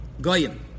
Goyim